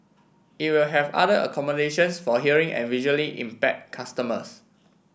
it will have other accommodations for hearing and visually impaired customers